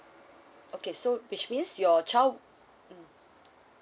okay so which means your child mm